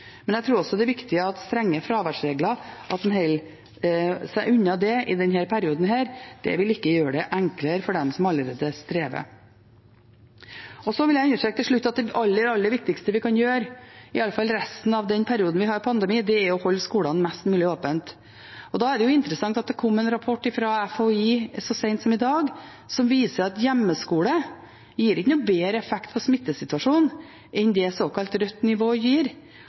men jeg tror også det er viktig at en holder seg unna strenge fraværsregler i denne perioden. Det vil ikke gjøre det enklere for dem som allerede strever. Så vil jeg understreke til slutt at det aller, aller viktigste vi kan gjøre, iallfall i resten av den perioden vi har pandemi, er å holde skolene mest mulig åpne. Da er det interessant at det kom en rapport fra FHI så sent som i dag som viser at hjemmeskole ikke gir noen bedre effekt på smittesituasjonen enn det såkalt rødt nivå gir.